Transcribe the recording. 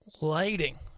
lighting